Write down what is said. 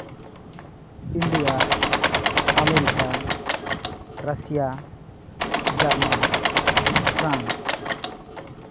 India America Russia German France